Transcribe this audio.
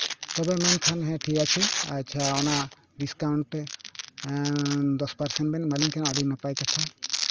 ᱛᱚᱵᱮ ᱢᱮᱱᱠᱷᱟᱱ ᱦᱮᱸ ᱴᱷᱤᱠ ᱟᱪᱷᱮ ᱟᱪᱪᱷᱟ ᱚᱱᱟ ᱰᱤᱥᱠᱟᱣᱩᱱᱴ ᱛᱮ ᱮᱸᱜ ᱫᱚᱥ ᱯᱟᱨᱥᱮᱱᱴ ᱵᱮᱱ ᱮᱢᱟ ᱞᱤᱧ ᱠᱟᱱᱟ ᱟᱹᱰᱤ ᱱᱟᱯᱟᱭ ᱠᱟᱛᱷᱟ